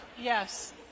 yes